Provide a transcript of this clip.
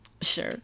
sure